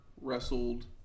wrestled